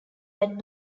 that